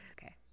Okay